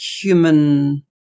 human